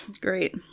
Great